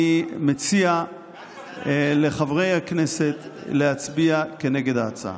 אני מציע לחברי הכנסת להצביע כנגד ההצעה.